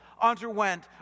underwent